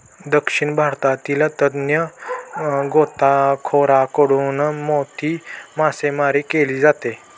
दक्षिण भारतातील तज्ञ गोताखोरांकडून मोती मासेमारी केली जाते